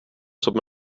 som